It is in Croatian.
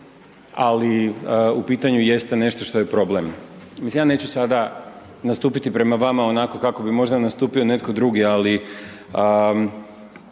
ali u pitanju jeste nešto što je problem. Mislim ja neću sada nastupiti prema vama onako kako bi možda nastupio netko drugi, ali